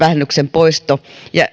poisto